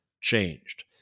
changed